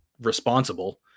responsible